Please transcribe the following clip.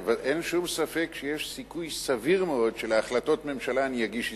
אין שום ספק שיש סיכוי סביר מאוד שלהחלטות ממשלה אני אגיש הסתייגויות,